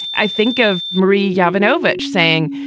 i think of marie yeah ivanovich saying,